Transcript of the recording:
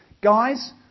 guys